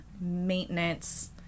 maintenance